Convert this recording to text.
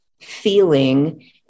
feeling